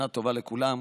שנה טובה לכולם.